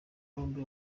bombi